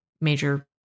major